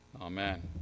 Amen